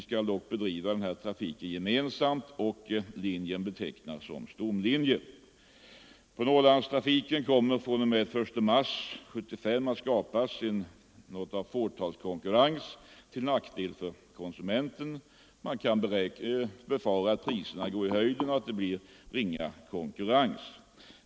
Inom Norrlandstrafiken kommer fr.o.m. den 1 mars 1975 att skapas något av en fåtalskonkurrens till nackdel för konsumenten. Man kan befara att priserna går i höjden och att det blir ringa konkurrens.